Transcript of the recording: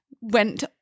went